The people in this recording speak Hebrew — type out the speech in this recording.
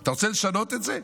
אתה רוצה לשנות את זה?